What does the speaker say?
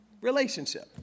Relationship